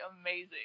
amazing